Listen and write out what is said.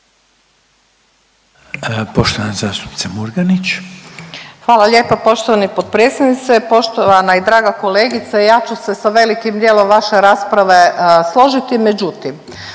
**Murganić, Nada (HDZ)** Hvala lijepo poštovani potpredsjedniče. Poštovana i draga kolegice ja ću se sa velikim dijelom vaše rasprave složiti.